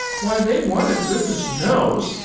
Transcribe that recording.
why they want it, goodness knows!